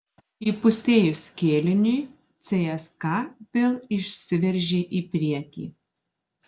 įpusėjus kėliniui cska vėl išsiveržė į priekį